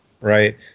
Right